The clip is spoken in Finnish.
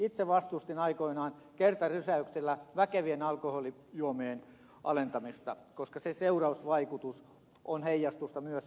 itse vastustin aikoinaan väkevien alkoholijuomien hinnan alentamista kertarysäyksellä koska sen seurausvaikutus on heijastusta myös nuorisolle